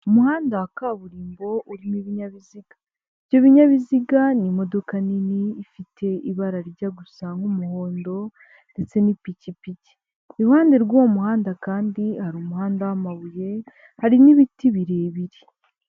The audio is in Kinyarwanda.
Umuhanda wa kaburimbo urimo ibinyabiziga, ibyo binyabiziga n'imodoka nini ifite ibara rijya gusa nk'umuhondo ndetse n'ipikipiki iruhande rw'uwo muhanda kandi hari umuhanda w'amabuye hari n'ibiti birebire.